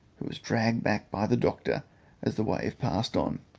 who was dragged back by the doctor as the wave passed on.